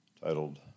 titled